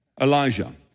Elijah